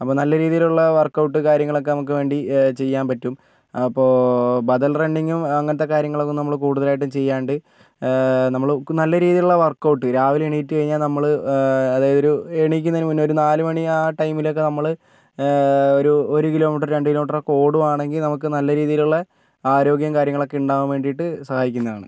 അപ്പം നല്ല രീഹിയിലുള്ള വർക്ക് ഔട്ട് കാര്യങ്ങളൊക്കെ നമുക്ക് വേണ്ടി ചെയ്യാൻ പറ്റും അപ്പോൾ ബദൽ റണ്ണിങ്ങും അങ്ങനത്തെ കാര്യങ്ങളൊക്കെ നമ്മൾ കൂടുതലായിട്ടും ചെയ്യാണ്ട് നമ്മൾക്ക് നല്ല രീതിയിലുള്ള വർക്ക് ഔട്ട് രാവിലെ എണീറ്റ് കഴിഞ്ഞാൽ നമ്മൾ അതായത് ഒരു എണീക്കുന്നത്തിന് മുൻപേ ഒരു നാല് മണി ആ ടൈമിലൊക്കെ നമ്മൾ ഒരു ഒരു കിലോ മീറ്റർ രണ്ട് കിലോ മീറ്ററൊക്കെ ഓടുകയാണെങ്കിൽ നമുക്ക് നല്ല രീതിയിലുള്ള ആരോഗ്യം കാര്യങ്ങളൊക്കെ ഉണ്ടാകാൻ വേണ്ടിയിട്ട് സഹായിക്കുന്നതാണ്